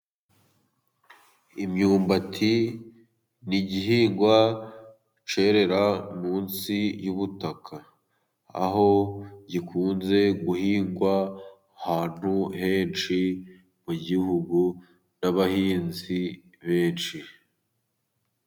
Imyumbati ni igihingwa cyerera munsi y'ubutaka, aho gikunze guhingwa ahantu henshi mu gihugu n'abahinzi benshi.